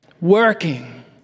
working